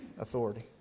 authority